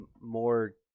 more